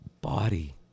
body